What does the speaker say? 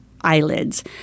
eyelids